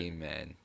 Amen